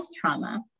trauma